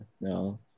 no